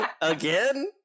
again